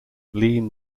lean